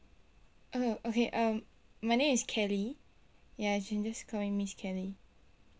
oh okay um my name is kelly ya you can just call me miss kelly